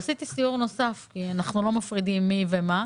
עשיתי סיור נוסף כי אנחנו לא מפרידים מי ומה,